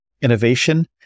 innovation